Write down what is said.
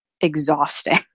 exhausting